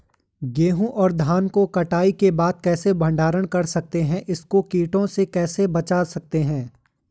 गेहूँ और धान को कटाई के बाद कैसे भंडारण कर सकते हैं इसको कीटों से कैसे बचा सकते हैं?